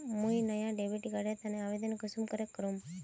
मुई नया debit card एर तने आवेदन कुंसम करे करूम?